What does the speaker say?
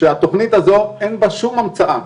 שבתכנית הזו אין שום המצאה,